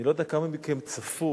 אני לא יודע כמה מכם צפו,